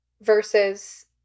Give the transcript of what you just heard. versus